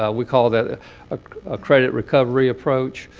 ah we call that a credit recovery approach.